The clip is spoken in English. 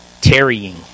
tarrying